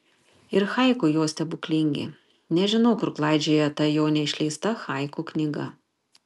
ir haiku jo stebuklingi nežinau kur klaidžioja ta jo neišleista haiku knyga